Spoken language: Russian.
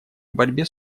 борьбе